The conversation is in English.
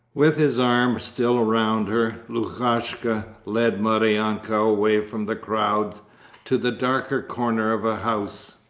with his arm still round her, lukashka led maryanka away from the crowd to the darker corner of a house.